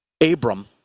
Abram